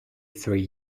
three